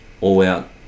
all-out